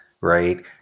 right